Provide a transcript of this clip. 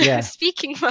speaking